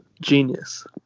genius